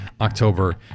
October